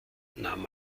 nahm